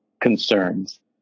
concerns